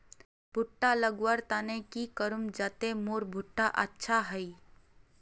भुट्टा लगवार तने की करूम जाते मोर भुट्टा अच्छा हाई?